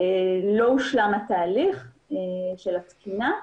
לא הושלם התהליך של התקינה.